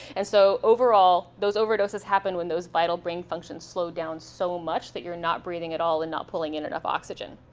and so overall, those overdoses happen when those vital brain functions slow down so much that you're not breathing at all, and not pulling in enough oxygen.